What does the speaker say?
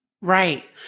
Right